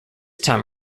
time